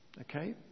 Okay